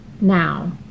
Now